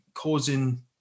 causing